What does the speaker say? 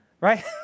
right